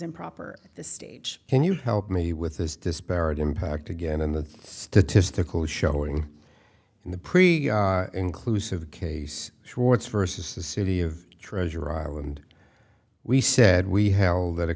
improper the stage can you help me with this disparate impact again in the statistical showing in the pre inclusive case schwartz versus the city of treasure island we said we held that a